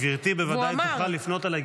גברתי בוודאי תוכל לפנות אליי.